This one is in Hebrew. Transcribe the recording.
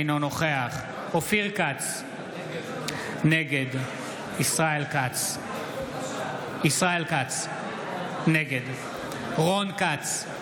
אינו נוכח אופיר כץ, נגד ישראל כץ, נגד רון כץ,